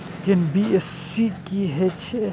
NBFC की हे छे?